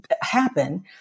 happen